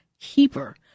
keeper